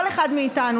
כל אחד מאיתנו,